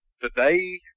Today